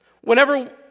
Whenever